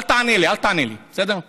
אל תענה לי, אל תענה לי, בסדר?